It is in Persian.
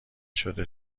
شده